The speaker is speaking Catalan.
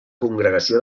congregació